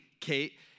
Kate